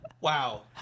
Wow